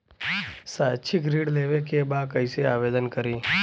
शैक्षिक ऋण लेवे के बा कईसे आवेदन करी?